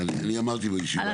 אני אמרתי בישיבה הקודמת.